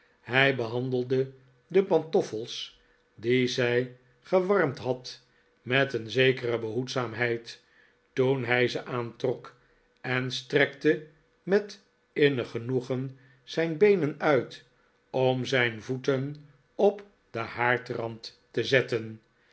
hij behandelde de pantoffels die zij gewarmd had met een zekere behoedzaamheid toen hij ze aantrok en strekte met innig genoegen zijn beenen uit om zijn voeten op den haardrand te zetten